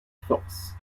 force